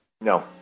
No